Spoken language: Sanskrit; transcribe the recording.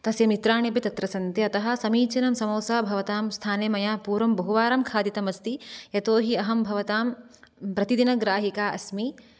तस्य मित्राणि अपि तत्र सन्ति अतः समीचीनं समोसा भवतां स्थाने मया पूर्वं बहुवारं खादितम् अस्ति यतोऽहि अहं भवतां प्रतिदिनग्राहिका अस्मि